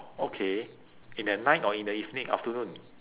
okay in the night or in the evening afternoon